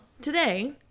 Today